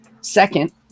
Second